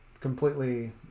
completely